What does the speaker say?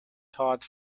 todd